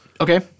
Okay